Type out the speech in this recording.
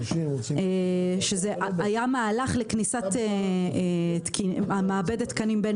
זה היה מהלך לכניסת מעבדת תקנים בין